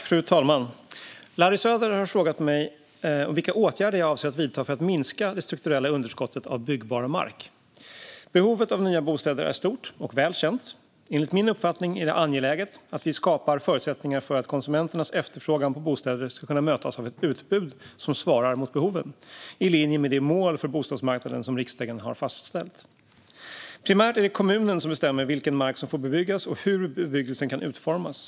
Fru talman! Larry Söder har frågat mig vilka åtgärder jag avser att vidta för att minska det strukturella underskottet på byggbar mark. Behovet av nya bostäder är stort och väl känt. Enligt min uppfattning är det angeläget att vi skapar förutsättningar för att konsumenternas efterfrågan på bostäder ska kunna mötas av ett utbud som svarar mot behoven, i linje med det mål för bostadsmarknaden som riksdagen har fastställt. Primärt är det kommunen som bestämmer vilken mark som får bebyggas och hur bebyggelsen kan utformas.